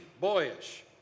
boyish